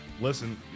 Listen